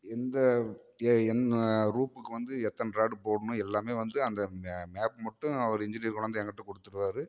எந்த எ என் ரூஃப்புக்கு வந்து எத்தனை ராட் போடணும் எல்லாமே வந்து அந்த மே மேப்பு மட்டும் அவர் இன்ஜினியரு கொண்டாந்து என்கிட்ட கொடுத்துடுவாரு